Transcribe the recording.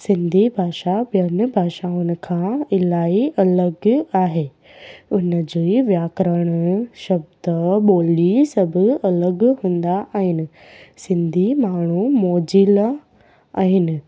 सिंधी भाषा ॿियनि भाषाउनि खां इलाही अलॻि आहे उन जी व्याकरण शब्द ॿोली सब अलॻि अलॻि हूंदा आहिनि सिंधी माण्हू मोजिला आहिनि